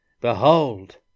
Behold